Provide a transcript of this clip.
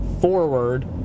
forward